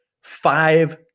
five